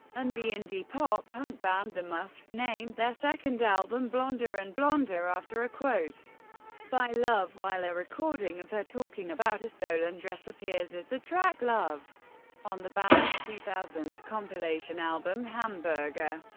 and the indie pop punk band the muffs named their second album blonder and blonder after a quote by love, while a recording of her talking about a stolen dress appears as the track love on the band's two thousand compilation album hamburger.